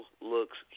looks